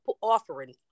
offering